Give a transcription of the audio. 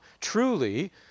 truly